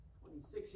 26